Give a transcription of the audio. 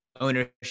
ownership